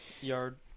Yard